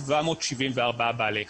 27,774 בעלי חיים.